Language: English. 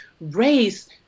Race